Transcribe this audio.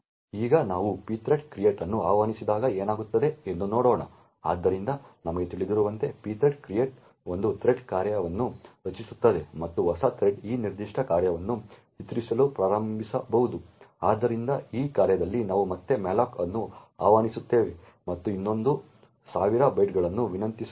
ಈಗ ನಾವು pthread create ಅನ್ನು ಆಹ್ವಾನಿಸಿದಾಗ ಏನಾಗುತ್ತದೆ ಎಂದು ನೋಡೋಣ ಆದ್ದರಿಂದ ನಮಗೆ ತಿಳಿದಿರುವಂತೆ pthread create ಒಂದು ಥ್ರೆಡ್ ಕಾರ್ಯವನ್ನು ರಚಿಸುತ್ತದೆ ಮತ್ತು ಹೊಸ ಥ್ರೆಡ್ ಈ ನಿರ್ದಿಷ್ಟ ಕಾರ್ಯವನ್ನು ಚಿತ್ರೀಕರಿಸಲು ಪ್ರಾರಂಭಿಸಬಹುದು ಆದ್ದರಿಂದ ಈ ಕಾರ್ಯದಲ್ಲಿ ನಾವು ಮತ್ತೆ malloc ಅನ್ನು ಆಹ್ವಾನಿಸುತ್ತೇವೆ ಮತ್ತು ಇನ್ನೊಂದು ಸಾವಿರ ಬೈಟ್ಗಳನ್ನು ವಿನಂತಿಸುತ್ತೇವೆ